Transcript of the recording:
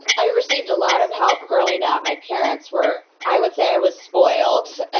i received a lot of help growing up. my parents were. i would say i was spoiled.